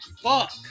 fuck